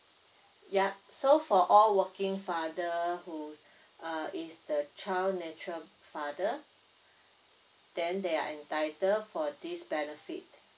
yup so for all working father who uh is the child natural father then they are entitled for this benefit